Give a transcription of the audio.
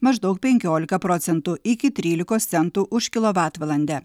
maždaug penkiolika procentų iki trylikos centų už kilovatvalandę